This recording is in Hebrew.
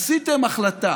עשיתם החלטה,